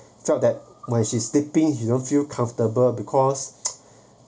felt that when she's sleeping you don't feel comfortable because